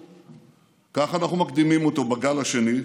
ככה אנחנו מקדימים אותו בגל השני.